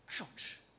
Ouch